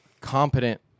competent